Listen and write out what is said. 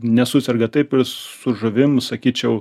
nesuserga taip ir su žuvim sakyčiau